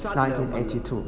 1982